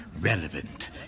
relevant